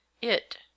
It